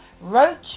roach